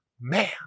man